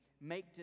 make